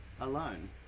Alone